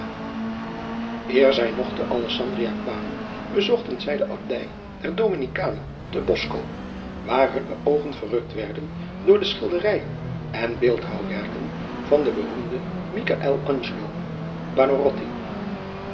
zij nog te alessandria kwamen bezochten zij de abdij der dominikanen te bosco waar hunne oogen verrukt werden door de schilderijen en beeldhouwwerken van den beroemden michael angelo